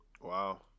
Wow